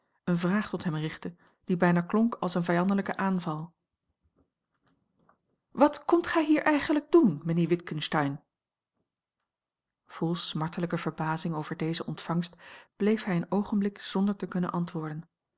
eene vraag tot hem richtte die bijna klonk als een vijandelijke aanval wat komt gij hier eigenlijk doen mijnheer witgensteyn vol smartelijke verbazing over deze ontvangst bleef hij een oogenblik zonder te kunnen antwoorden